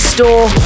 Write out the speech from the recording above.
Store